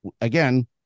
again